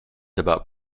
about